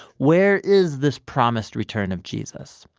where is this promised return of jesus?